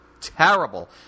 terrible